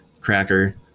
cracker